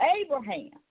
Abraham